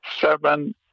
seven